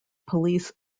police